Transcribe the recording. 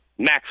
Max